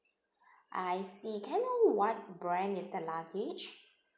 I see can I know what brand is the luggage